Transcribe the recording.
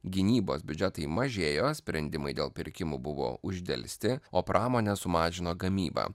gynybos biudžetai mažėjo sprendimai dėl pirkimų buvo uždelsti o pramonė sumažino gamybą